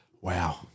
Wow